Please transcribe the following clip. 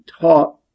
taught